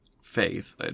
faith